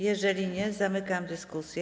Jeżeli nie, zamykam dyskusję.